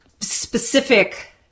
specific